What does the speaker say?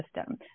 system